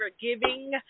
giving